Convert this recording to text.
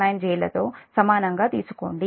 69 j లతో సమానంగా తీసుకోండి